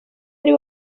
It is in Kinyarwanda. ari